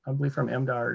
i believe from mpart,